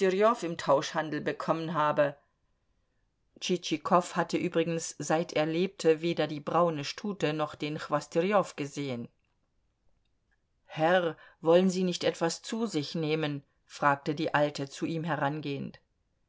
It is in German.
im tauschhandel bekommen habe tschitschikow hatte übrigens seit er lebte weder die braune stute noch den chwostyrjow gesehen herr wollen sie nicht etwas zu sich nehmen fragte die alte zu ihm herangehend